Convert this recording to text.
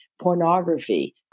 pornography